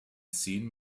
seeing